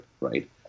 right